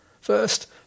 first